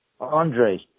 andre